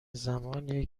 زمانیه